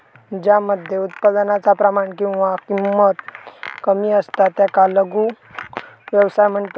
ज्या मध्ये उत्पादनाचा प्रमाण किंवा किंमत कमी असता त्याका लघु व्यवसाय म्हणतत